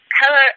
Hello